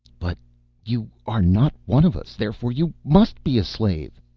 but you are not one of us, therefore you must be a slave.